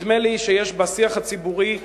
נדמה לי שיש בשיח הציבורי,